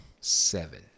Seven